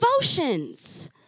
devotions